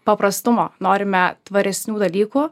paprastumo norime tvaresnių dalykų